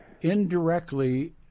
indirectly